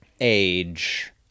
age